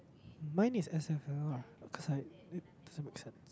mine is S_F_L_R cause it cause it makes sense